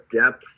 depth